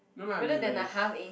no lah I mean like he